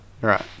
right